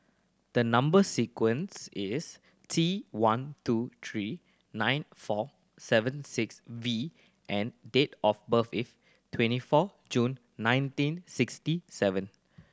the number sequence is T one two three nine four seven six V and date of birth is twenty four June nineteen sixty seven